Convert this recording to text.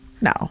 No